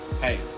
hey